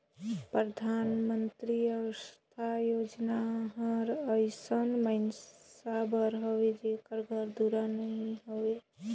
परधानमंतरी अवास योजना हर अइसन मइनसे बर हवे जेकर घर दुरा नी हे